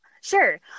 Sure